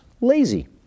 lazy